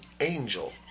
angel